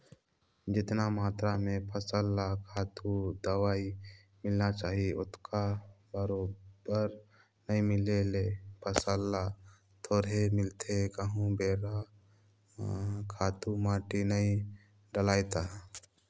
जेतना मातरा में फसल ल खातू, दवई मिलना चाही ओतका बरोबर नइ मिले ले फसल ल थोरहें मिलथे कहूं बेरा म खातू माटी नइ डलय ता